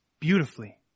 beautifully